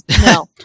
no